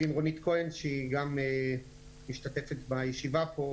רונית כהן שהיא גם משתתפת כאן בישיבה.